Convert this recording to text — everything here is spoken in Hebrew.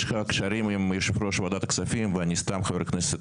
לדעתי יש לך קשרים עם יושב-ראש ועדת הכספים ואני סתם חבר כנסת